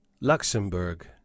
luxembourg